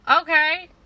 Okay